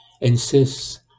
insists